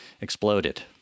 exploded